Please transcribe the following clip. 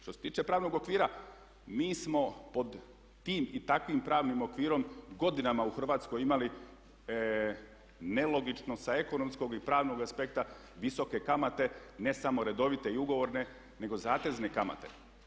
Što se tiče pravnog okvira, mi smo pod tim i takvim pravnim okvirom godinama u Hrvatskoj imali nelogično sa ekonomskog i pravnog aspekta visoke kamate, ne samo redovite i ugovorne nego zatezne kamate.